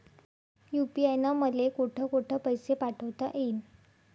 UPI न मले कोठ कोठ पैसे पाठवता येईन?